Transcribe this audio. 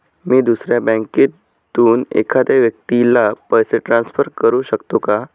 मी दुसऱ्या बँकेतून एखाद्या व्यक्ती ला पैसे ट्रान्सफर करु शकतो का?